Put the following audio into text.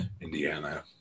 Indiana